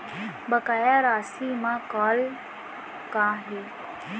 बकाया राशि मा कॉल का हे?